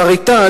השר איתן,